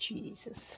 Jesus